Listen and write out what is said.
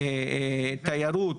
תיירות,